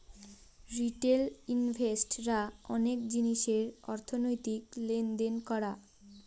retail invest রা অনেক জিনিসের অর্থনৈতিক লেনদেন করা